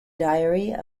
diary